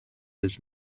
his